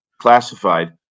classified